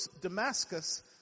Damascus